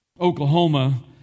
Oklahoma